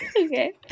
Okay